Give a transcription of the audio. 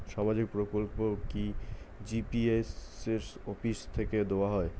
সামাজিক প্রকল্প কি জি.পি অফিস থেকে দেওয়া হয়?